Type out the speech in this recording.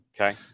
Okay